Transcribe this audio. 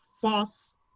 false